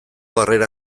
harrera